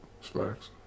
Sparks